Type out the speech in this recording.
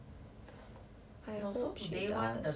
I hope she does